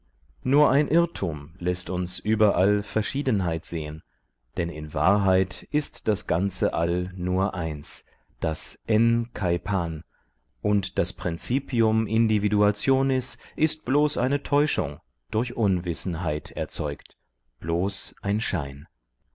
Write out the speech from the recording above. nur ein irrtum läßt uns überall verschiedenheit sehen denn in wahrheit ist das ganze all nur eins das hen kai pan und das principium individuationis ist bloß eine täuschung durch unwissenheit erzeugt bloß ein schein